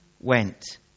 went